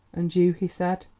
and you, he said,